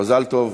לדיון